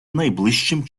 найближчим